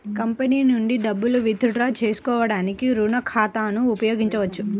company నుండి డబ్బును withdraw చేసుకోవడానికి రుణ ఖాతాను ఉపయోగించొచ్చు